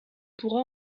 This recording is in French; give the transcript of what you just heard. pourra